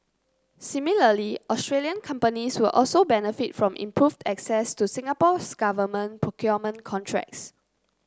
similarly Australian companies will also benefit from improved access to Singapore's government procurement contracts